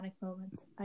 moments